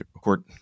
court